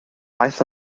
aeth